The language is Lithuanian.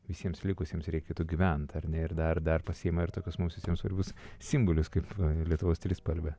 visiems likusiems reikėtų gyvent ar ne ir dar dar pasiima ir to kas mums visiems svarbius simbolius kaip lietuvos trispalvę